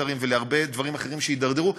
מיותרים ולהרבה דברים אחרים שהם יידרדרו,